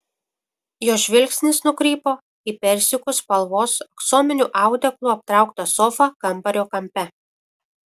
jo žvilgsnis nukrypo į persikų spalvos aksominiu audeklu aptrauktą sofą kambario kampe